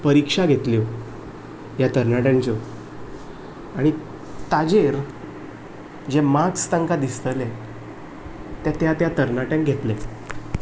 परिक्षा घेतल्यो ह्या तरणाट्यांच्यो आनी ताजेर जे मार्क्स तांकां दिसतले ते त्या त्या तरणाट्यांक घेतले